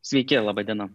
sveiki laba diena